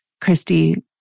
Christy